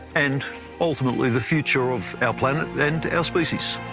and ultimately the future of our planet and our species.